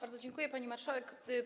Bardzo dziękuję, pani marszałek.